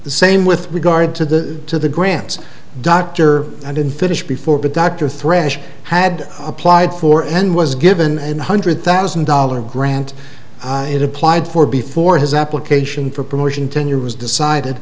the same with regard to the to the grants doctor i didn't finish before but dr thresh had applied for and was given an one hundred thousand dollars grant i had applied for before his application for promotion tenure was decided